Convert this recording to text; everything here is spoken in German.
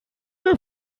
eine